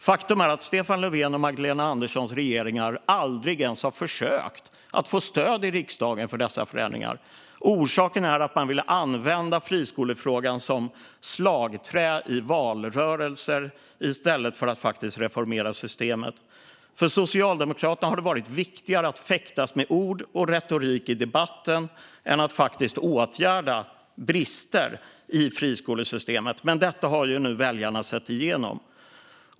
Faktum är att Stefan Löfvens och Magdalena Anderssons regeringar aldrig har försökt att få stöd i riksdagen för dessa förändringar. Orsaken är att man vill använda friskolefrågan som slagträ i valrörelser i stället för att faktiskt reformera systemet. För Socialdemokraterna har det varit viktigare att fäktas med ord och retorik i debatten än att faktiskt åtgärda brister i friskolesystemet. Men detta har nu väljarna sett igenom.